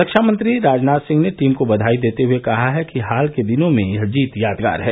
रक्षामंत्री राजनाथ सिंह ने टीम को बधाई देते हुए कहा है कि हाल के दिनों में यह जीत यादगार है